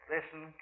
Listen